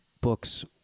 books